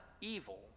evil